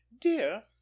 dear